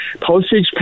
postage